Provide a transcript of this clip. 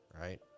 right